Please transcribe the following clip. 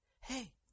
Hey